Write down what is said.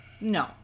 no